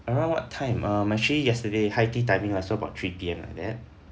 around what time um actually yesterday high tea timing lah so about three P_M like that